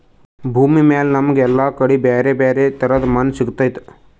ಭೂಮಿಮ್ಯಾಲ್ ನಮ್ಗ್ ಎಲ್ಲಾ ಕಡಿ ಬ್ಯಾರೆ ಬ್ಯಾರೆ ತರದ್ ಮಣ್ಣ್ ಸಿಗ್ತದ್